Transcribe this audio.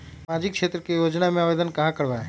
सामाजिक क्षेत्र के योजना में आवेदन कहाँ करवे?